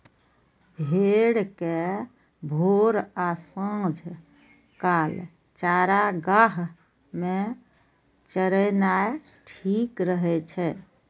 भेड़ कें भोर आ सांझ काल चारागाह मे चरेनाय ठीक रहै छै